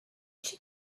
she